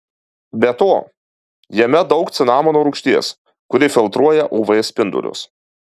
be to jame daug cinamono rūgšties kuri filtruoja uv spindulius